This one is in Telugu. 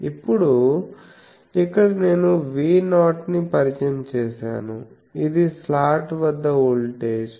ఇప్పుడు ఇక్కడ నేను V0 ని పరిచయం చేసాను ఇది స్లాట్ వద్ద వోల్టేజ్